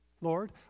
Lord